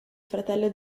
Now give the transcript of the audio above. fratello